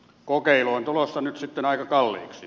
kokeilu on tulossa nyt aika kalliiksi